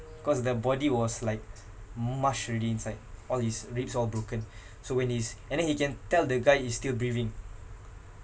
cause the body was like mushed already inside all his ribs all broken so when he's and then he can tell the guy is still breathing